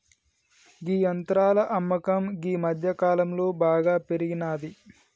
గీ యంత్రాల అమ్మకం గీ మధ్యకాలంలో బాగా పెరిగినాది